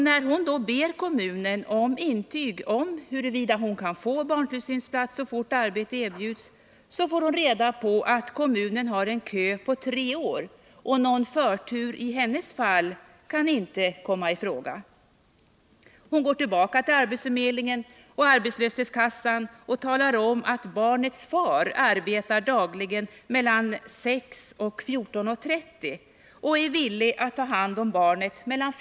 När hon då ber kommunen om intyg om huruvida hon kan få barntillsynsplats så fort arbete erbjuds får hon reda på att kommunen har en kö på tre år och att någon förtur i hennes fall inte kan komma i fråga. Hon går tillbaka till arbetsförmedlingen och arbetslöshetskassan och talar om att barnets far dagligen arbetar mellan kl. 06.00 och 14.30 och är villig att ta hand om barnet mellan kl.